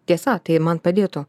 tiesa tai man padėtų